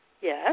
Yes